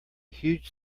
huge